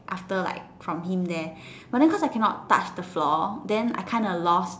after like from him there but then cause I cannot touch the floor then I kinda lost